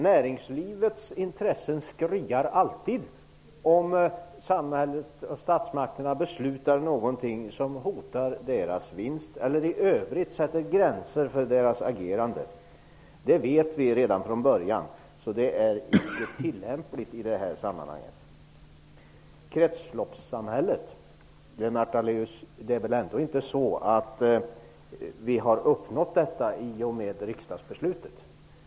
Näringslivets intressen skriar alltid om samhället, statsmakterna, beslutar någonting som hotar näringslivets vinster eller i övrigt sätter gränser för dess agerande. Det vet vi redan från början, så det är icke tillämpligt i detta sammanhang. Vi har, Lennart Daléus, inte uppnått kretsloppssamhället i och med riksdagsbeslutet.